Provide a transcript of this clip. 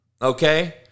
Okay